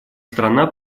страна